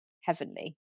heavenly